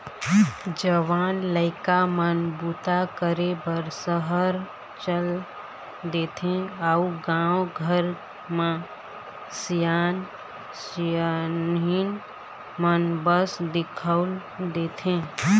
जवान लइका मन बूता करे बर सहर चल देथे अउ गाँव घर म सियान सियनहिन मन बस दिखउल देथे